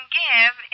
give